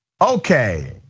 Okay